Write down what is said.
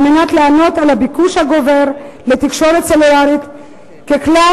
על מנת לענות על הביקוש הגובר לתקשורת סלולרית ככלל,